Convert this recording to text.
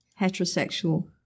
heterosexual